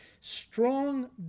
strong